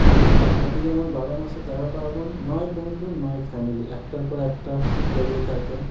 কোনো বাঙালি যেমন বারো মাসে তেরো পার্বণ নয় বন্ধু নয় ফ্যামিলি একটার পর একটা লেগেই থাকে